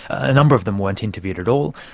a number of them weren't interviewed at all,